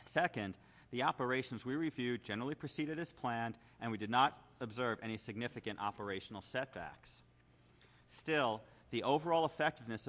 second the operations we reviewed generally proceeded as planned and we did not observe any significant operational setbacks still the overall effectiveness